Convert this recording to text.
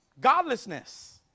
Godlessness